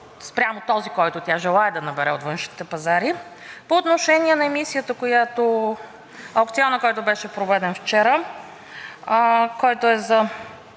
спрямо този, който тя желае да набере от външните пазари. По отношение на емисията, аукционът, който беше проведен вчера, който е за